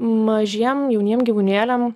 mažiem jauniem gyvūnėliam